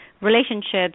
relationships